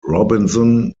robinson